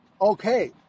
okay